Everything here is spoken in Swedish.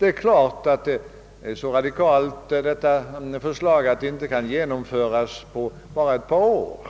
Självfallet är förslaget så radikalt att det inte kan genomföras på några få år.